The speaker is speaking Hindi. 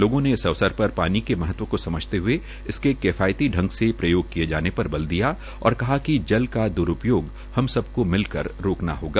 लोगों ने इस अवसर पर पानी के महत्व को समझते हए इसके किफायती ांग से प्रयोग किये जाने पर बल दिया और कहा कि जल का द्रूप्रयोग हम सब को मिल कर रोकना होगा